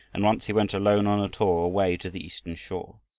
and once he went alone on a tour away to the eastern shore.